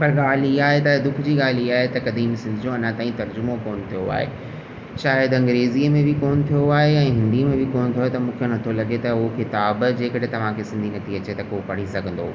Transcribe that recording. पर ॻाल्हि इहा आहे त दुख जी ॻाल्हि इहा आहे त क़दीमु सिंध जो अञा ताईं तर्जुमो कोन थियो आहे शायदि अंग्रेज़ीअ में बि कोन थियो आहे ऐं हिंदीअ में बि कोन थियो आहे त मूंखे नथो लॻे त उहो किताबु जे कॾहिं तव्हांखे सिंधी नथी अचे त को पढ़ी सघंदो